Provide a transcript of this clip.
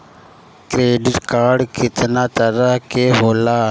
Credit card कितना तरह के होला?